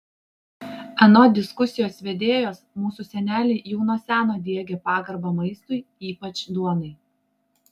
anot diskusijos vedėjos mūsų seneliai jau nuo seno diegė pagarbą maistui ypač duonai